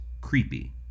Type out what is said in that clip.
creepy